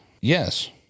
yes